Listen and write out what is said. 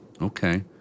Okay